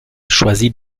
choisit